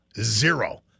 Zero